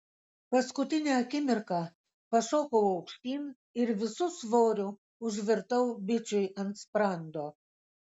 paskutinę akimirką pašokau aukštyn ir visu svoriu užvirtau bičui ant sprando